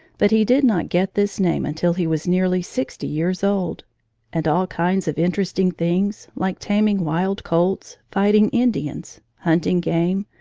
but he did not get this name until he was nearly sixty years old and all kinds of interesting things, like taming wild colts, fighting indians, hunting game,